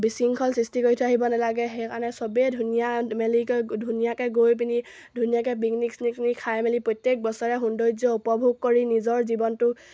বিশৃংখল সৃষ্টি কৰি থৈ আহিব নালাগে সেইকাৰণে চবেই ধুনীয়া মেলিকৈ ধুনীয়াকৈ গৈ পিনি ধুনীয়াকৈ পিকনিক চিকনিক খাই মেলি প্ৰত্যেক বছৰে সৌন্দৰ্য উপভোগ কৰি নিজৰ জীৱনটো